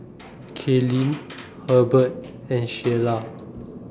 Kaylynn Herbert and Sheila